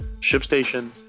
ShipStation